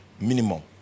minimum